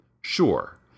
Sure